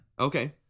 Okay